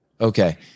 Okay